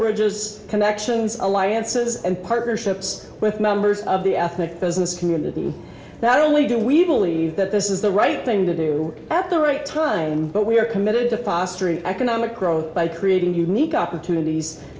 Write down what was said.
religious connections alliances and partnerships with members of the ethnic business community that only do we believe that this is the right thing to do at the right time but we are committed to fostering economic growth by creating unique opportunities